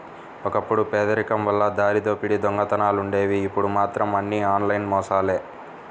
ఒకప్పుడు పేదరికం వల్ల దారిదోపిడీ దొంగతనాలుండేవి ఇప్పుడు మాత్రం అన్నీ ఆన్లైన్ మోసాలే